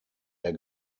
der